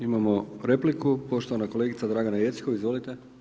Imamo repliku poštovana kolegica Dragana Jeckov, izvolite.